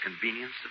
convenience